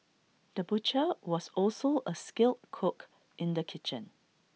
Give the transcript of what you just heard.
the butcher was also A skilled cook in the kitchen